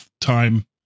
time